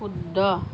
শুদ্ধ